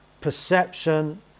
Perception